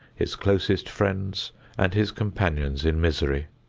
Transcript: his closest friends and his companions in misery.